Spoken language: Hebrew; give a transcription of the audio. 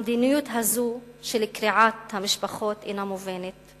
המדיניות הזאת של קריעת משפחות אינה מובנת.